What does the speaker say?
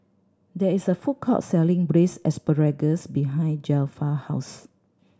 there is a food court selling Braised Asparagus behind Zelpha house